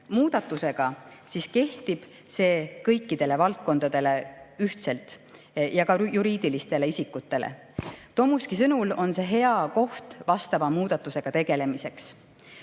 seadusemuudatusega, siis kehtib see kõikide valdkondade kohta ühtselt, ka juriidiliste isikute kohta. Tomuski sõnul on see hea koht vastava muudatusega tegelemiseks.